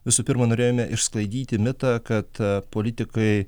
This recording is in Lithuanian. visų pirma norėjome išsklaidyti mitą kad politikai